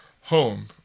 home